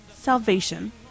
salvation